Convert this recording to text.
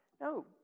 No